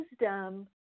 wisdom